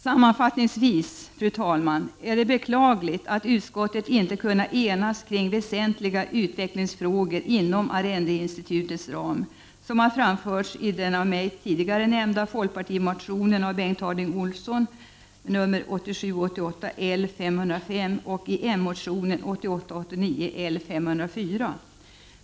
Sammanfattningsvis, fru talman, är det beklagligt att utskottet inte har kunnat enas om de väsentliga utvecklingsfrågor inom arrendeinstitutets ram som har framställts i den av mig tidigare nämnda folkpartimotionen 1987 89:L504.